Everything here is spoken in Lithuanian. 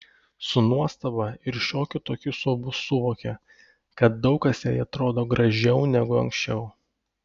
su nuostaba ir šiokiu tokiu siaubu suvokė kad daug kas jai atrodo gražiau negu anksčiau